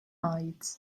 ait